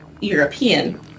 European